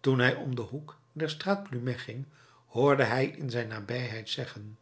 toen hij om den hoek der straat plumet ging hoorde hij in zijn nabijheid zeggen